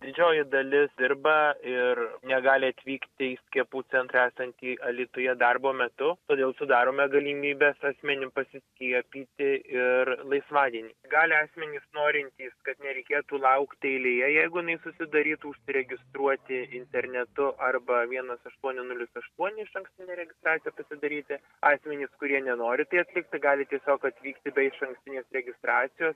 didžioji dalis dirba ir negali atvykti į skiepų centrą esantį alytuje darbo metu todėl sudarome galimybes asmenim pasiskiepyti ir laisvadienį gali asmenys norintys kad nereikėtų laukti eilėje jeigu jinai susidarytų užsiregistruoti internetu arba vienas aštuoni nulis aštuoni išankstinę registraciją pasidaryti asmenys kurie nenori tai atlikti gali tiesiog atvykti be išankstinės registracijos